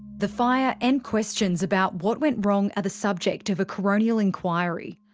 the fire and questions about what went wrong are the subject of a coronial inquiry.